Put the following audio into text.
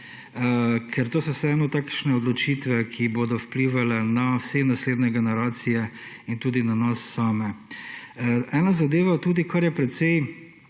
Ker to so vseeno takšne odločitve, ki bodo vplivale na vse naslednje generacije in tudi na nas same. Ena zadeva tudi, kar je precej,